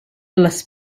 les